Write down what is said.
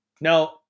No